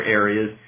areas